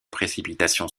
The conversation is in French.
précipitations